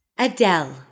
Adele